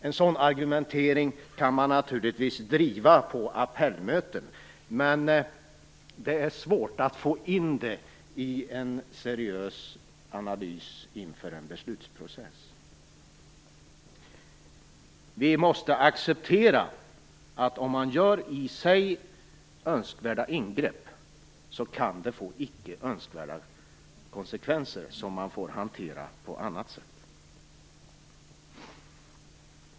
En sådan argumentering kan man naturligtvis driva på appellmöten, men det är svårt att få in den i en seriös analys inför en beslutsprocess. Vi måste acceptera att om man gör i sig önskvärda ingrepp så kan de få icke önskvärda konsekvenser som man får hantera på annat sätt.